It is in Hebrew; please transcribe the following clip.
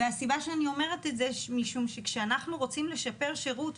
והסיבה שאני אומרת את זה זה משום שכשאנחנו רוצים לשפר שירות,